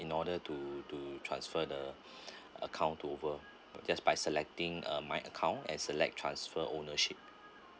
in order to to transfer the account to over just by selecting uh my account and select transfer ownership